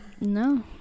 No